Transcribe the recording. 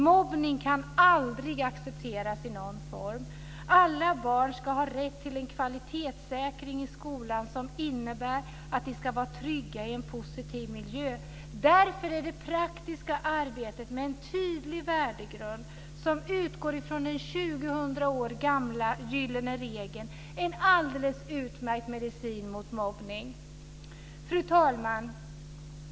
Mobbning kan aldrig accepteras i någon form. Alla barn ska ha rätt till en kvalitetssäkring i skolan som innebär att de ska vara trygga i en positiv miljö. Därför är det praktiska arbetet med en tydlig värdegrund som utgår från den 2000 år gamla gyllene regeln en alldeles utmärkt medicin mot mobbning. Fru talman!